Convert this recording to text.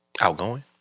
Outgoing